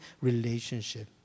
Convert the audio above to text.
relationship